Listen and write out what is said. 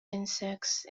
insects